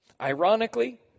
Ironically